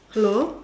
hello